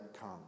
come